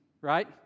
right